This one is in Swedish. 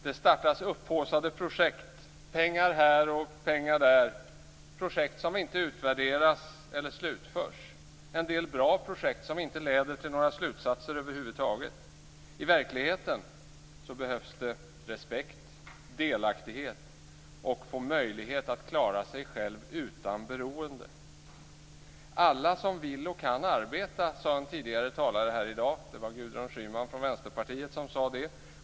Det startas upphaussade projekt, pengar satsas här och där, projekt som inte utvärderas eller slutförs, en del bra projekt som inte leder till några slutsatser över huvud taget. I verkligheten behövs det respekt, delaktighet, möjlighet att få klara sig själv utan beroende. Alla som vill och kan arbeta måste få göra det, sade en tidigare talare här i dag. Det var Gudrun Schyman från Vänsterpartiet.